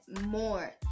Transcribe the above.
more